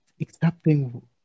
accepting